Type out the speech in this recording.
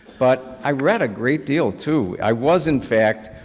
but i read a great deal too. i was, in fact,